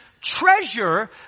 treasure